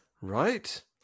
Right